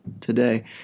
today